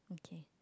okay